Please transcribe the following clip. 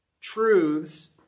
truths